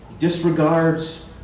disregards